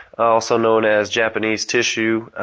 also known as japanese tissue